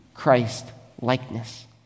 Christ-likeness